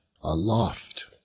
aloft